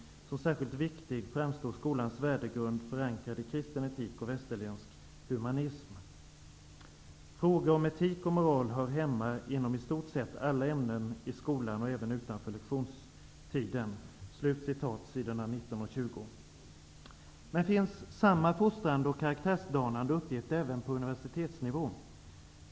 Som särskilt viktig framstår skolans värdegrund, förankrad i kristen etik och västerländsk humanism. -- Frågor om etik och moral hör hemma inom i stort sett alla ämnen i skolan och även utanför lektionstiden.'' Detta står på s. 19--20. Finns samma fostrande och karaktärsdanande uppgift även på universitetsnivå?